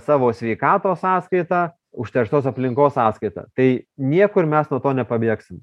savo sveikatos sąskaita užterštos aplinkos sąskaita tai niekur mes nuo to nepabėgsim